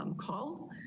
um call.